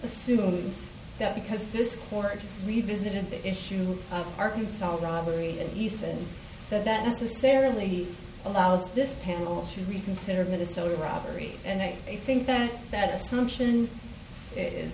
assumes that because this court revisited the issue of arkansas robbery and he said that that necessarily allows this panel to reconsider minnesota robbery and i think that that